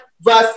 verse